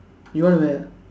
you want to wear ah